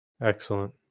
excellent